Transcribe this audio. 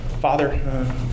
Father